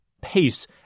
pace